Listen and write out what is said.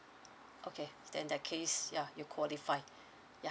okay then in that case ya you qualify ya